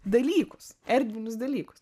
dalykus erdvinius dalykus